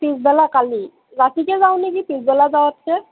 পিছবেলা কালি ৰাতিকৈ যাওঁ নেকি পিছবেলা যোৱাতছে